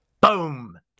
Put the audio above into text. Boom